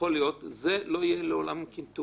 ואת ההסדרה של מה זה מאסר עולם.